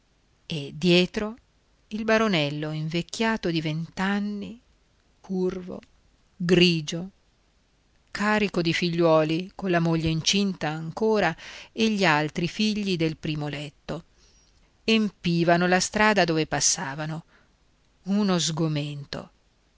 e dietro il baronello invecchiato di vent'anni curvo grigio carico di figliuoli colla moglie incinta ancora e gli altri figli del primo letto empivano la strada dove passavano uno sgomento